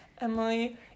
Emily